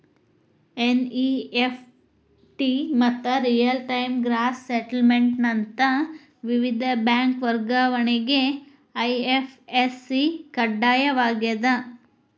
NEFT ಮತ್ತ real time gross settlement ನಂತ ವಿವಿಧ ಬ್ಯಾಂಕ್ ವರ್ಗಾವಣೆಗೆ ಐ.ಎಫ್.ಎಸ್.ಸಿ ಕಡ್ಡಾಯವಾಗ್ಯದ